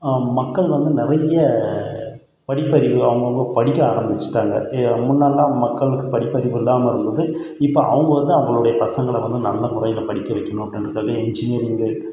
மக்கள் வந்து நிறைய படிப்பறிவு அவங்கவுங்க படிக்க ஆரம்பித்துட்டாங்க முன்னலாம் மக்களுக்கு படிப்பறிவு இல்லாமல் இருந்தது இப்போ அவங்க வந்து அவங்களுடைய பசங்களை வந்து நல்ல முறையில் படிக்க வைக்கணும் இன்ஜினீயரிங்கு